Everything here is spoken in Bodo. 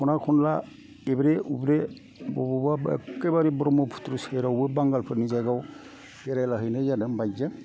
खना खनला एब्रे उब्रे बबावबा एखे बारे ब्रह्मपुथ्र सेरावबो बांगालफोरनि जायगायाव बेरायला हैनाय जादों बाइकजों